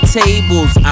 tables